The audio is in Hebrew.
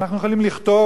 אנחנו חברי כנסת.